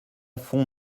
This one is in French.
font